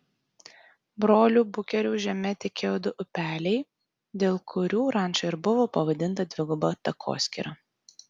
brolių bukerių žeme tekėjo du upeliai dėl kurių ranča ir buvo pavadinta dviguba takoskyra